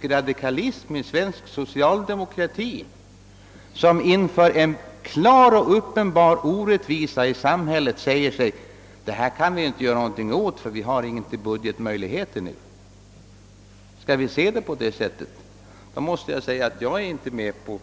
idealism i svensk socialdemokrati när socialdemokraterna inför en klar och uppenbar orättvisa i samhället säger: »Det här kan vi inte göra något åt, ty budgeten medger inte det nu.» Ett sådant betraktelsesätt anser jag olämpligt.